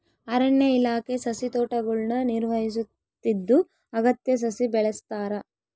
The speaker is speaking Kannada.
ಅರಣ್ಯ ಇಲಾಖೆ ಸಸಿತೋಟಗುಳ್ನ ನಿರ್ವಹಿಸುತ್ತಿದ್ದು ಅಗತ್ಯ ಸಸಿ ಬೆಳೆಸ್ತಾರ